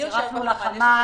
צירפנו לחמ"ל,